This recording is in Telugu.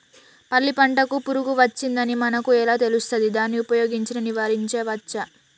పల్లి పంటకు పురుగు వచ్చిందని మనకు ఎలా తెలుస్తది దాన్ని ఉపయోగించి నివారించవచ్చా?